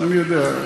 אני יודע.